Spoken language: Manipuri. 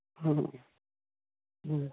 ꯑ ꯎꯝ